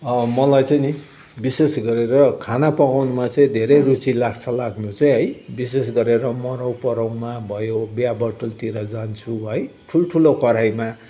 अब मलाई चाहिँ नि विशेष गरेर खाना पकाउनमा चाहिँ धेरै रुचि लाग्छ लाग्नु चाहिँ है विशेष गरेर मरौ परौमा भयो बिहे बटुलतिर जान्छु है ठुल्ठुलो कराहीमा